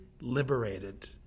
liberated